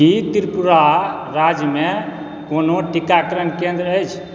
की त्रिपुरा राज्यमे कोनो टीकाकरण केन्द्र अछि